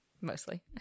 mostly